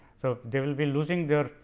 so, they will be losing their